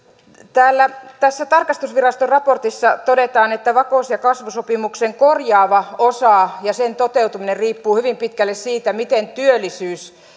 tässä tarkastusviraston raportissa todetaan että vakaus ja kasvusopimuksen korjaava osa ja sen toteutuminen riippuu hyvin pitkälle siitä miten työllisyys